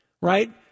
right